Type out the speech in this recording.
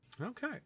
Okay